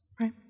Right